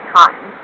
time